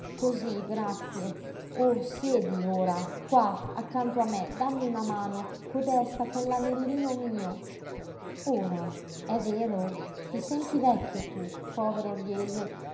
cosí grazie oh siedi ora qua accanto a me dammi una mano codesta con l'anellino mio ora è vero ti senti vecchio tu povero riese